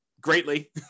greatly